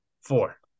Four